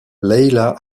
layla